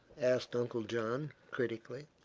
asked uncle john, critically.